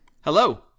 Hello